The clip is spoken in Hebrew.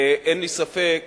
ואין לי ספק